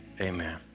Amen